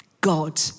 God